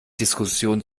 diskussion